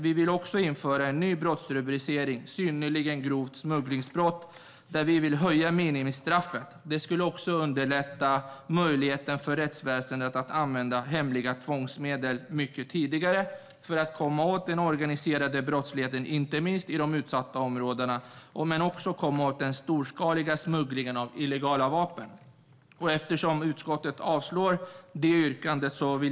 Vi vill också införa en ny brottsrubricering, synnerligen grovt smugglingsbrott, där vi vill höja minimistraffet. Det skulle också underlätta möjligheten för rättsväsendet att använda hemliga tvångsmedel mycket tidigare för att komma åt den organiserade brottsligheten, inte minst i de utsatta områdena, och också för att komma åt den storskaliga smugglingen av illegala vapen. Utskottet avslår detta yrkande.